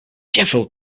devil